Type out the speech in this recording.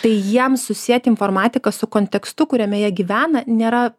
tai jiem susieti informatiką su kontekstu kuriame jie gyvena nėra